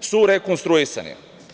su rekonstruisane.